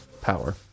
power